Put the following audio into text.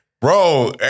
Bro